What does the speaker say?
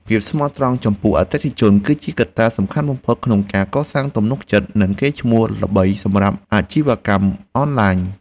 ភាពស្មោះត្រង់ចំពោះអតិថិជន គឺជាកត្តាសំខាន់បំផុតក្នុងការកសាងទំនុកចិត្តនិងកេរ្តិ៍ឈ្មោះល្បីសម្រាប់អាជីវកម្មអនឡាញ។